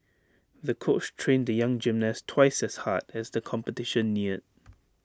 the coach trained the young gymnast twice as hard as the competition neared